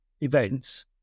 events